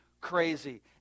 crazy